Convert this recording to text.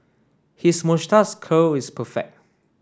his moustache curl is perfect